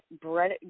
bread